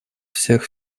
всех